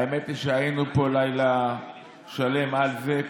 האמת היא שהיינו פה לילה שלם על זה,